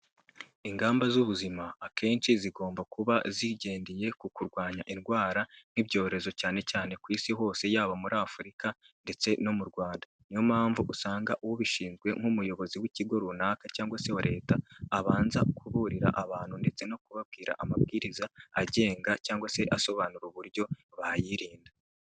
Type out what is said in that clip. Ingamba z'ubuzima akenshi zigomba kuba zigendeye ku kurwanya indwara nk'ibyorezo cyane cyane ku isi hose yaba muri Afurika ndetse no mu Rwanda, niyo mpamvu usanga ubishinzwe nk'umuyobozi w'ikigo runaka cyangwa se wa leta, abanza kuburira abantu ndetse no kubabwira amabwiriza agenga cyangwa se asobanura uburyo bayirinda.